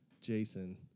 Jason